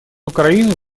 украины